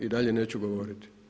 I dalje neću govoriti.